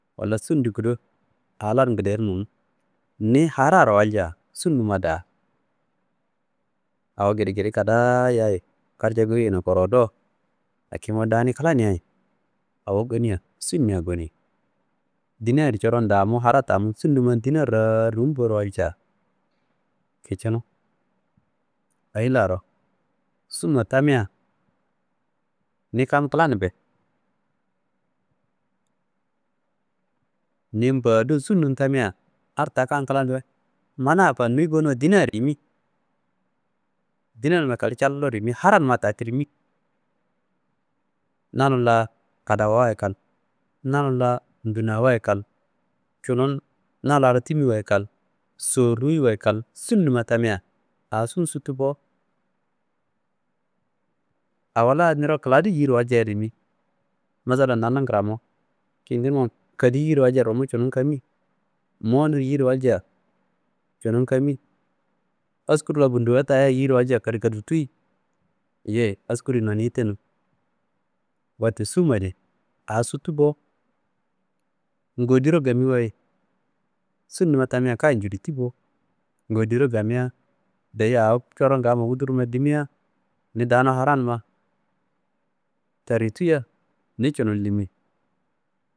Wala sum di kudo a laro ngilarnonu ni hararo walcia sunnumma daa. Awo gedegede kada yayi karco goyeyina koro do lakin wu dani klanayi awo goniyiya sumniya goni. Dinadi coron damu hara tamu sunuman dina raa rumboro walciya kicinu. Eyi laro? Summa tamia ni kam klanumbe. Ni mboa do sunnum tamia at ta kan klanumbe mana fanuyi bo nuwa dina rimi. Dinanumma kalewu callo rimi haranumma ta tirmi. Nanum la kadafawa kal, nanum ndunawa kal, cunum na laro timiwa kal, sorimiwa kal sunnuma tamia a sun suttu bo. Awo la niro kladu yiyirowalciaye rimi masalan nannum kramo kintinumman kadi yiyirowalcia rumu kamiyi, mowon yiyiro walcia cunum kami, eskur la bunduwa taya yiyiro walcia kadukadutuwuyi, yeyi eskuriyi noniyi tenu. Wette summadi a suttu bo, ngoyidiro gamiwaye sunnumma tamia kayi njuduttiyi bo. Ngoyidiro gamia deyi awo coron gama wudurnumma dimia ni danum haranumma teritiyia ni cunum limi.